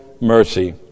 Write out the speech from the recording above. mercy